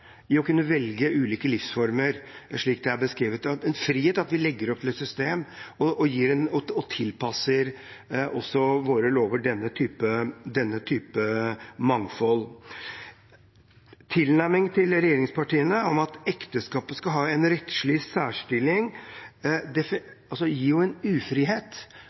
er beskrevet, og at vi legger opp til et system og tilpasser våre lover til denne typen mangfold. Tilnærmingen til regjeringspartiene om at ekteskapet skal ha en rettslig særstilling,